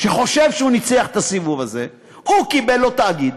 שחושב שהוא ניצח בסיבוב הזה, הוא קיבל לו תאגיד,